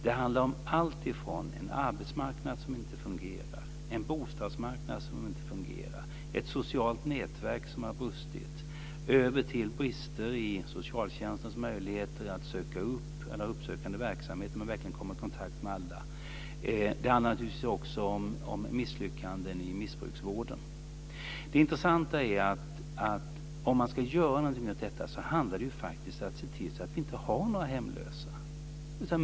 Det handlar om allt från en arbetsmarknad som inte fungerar, en bostadsmarknad som inte fungerar, ett socialt nätverk som har brustit, över till brister i socialtjänstens möjligheter att utöva uppsökande verksamhet och verkligen komma i kontakt med alla. Det handlar naturligtvis också om misslyckanden i missbrukarvården. Det intressanta är att om man ska göra någonting åt detta handlar det om att se till att det inte finns några hemlösa.